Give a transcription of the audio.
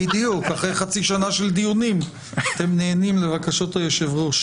אחרי חצי שנה של דיוקים אתם נענים לבקשת היושב ראש.